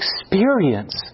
experience